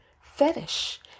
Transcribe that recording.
Fetish